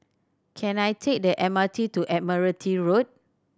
can I take the M R T to Admiralty Road